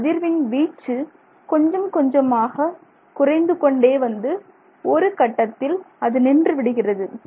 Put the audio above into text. இந்த அதிர்வின் வீச்சு கொஞ்சம் கொஞ்சமாக குறைந்துகொண்டே வந்து ஒரு கட்டத்தில் அது நின்று விடுகிறது